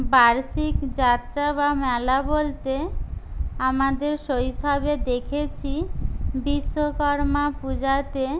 বার্ষিক যাত্রা বা মেলা বলতে আমাদের শৈশবে দেখেছি বিশ্বকর্মা পূজাতে